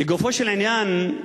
לגופו של עניין,